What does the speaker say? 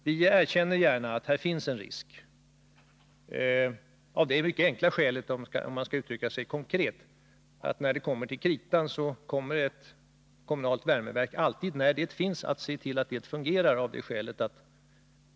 Vi erkänner gärna att här finns en risk, av det mycket enkla skälet, om man skall uttrycka sig konkret, att när det kommer till kritan kommer ett kommunalt värmeverk alltid att se till att det fungerar.